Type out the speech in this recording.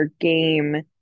game